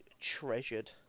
treasured